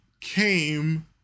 came